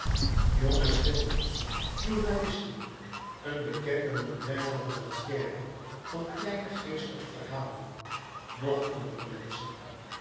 jonge schilders journalisten een bekende mondaine romancière van kleine geestige verhalen nog andere menschen